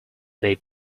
they